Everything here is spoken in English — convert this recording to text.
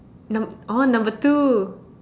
num~ oh number two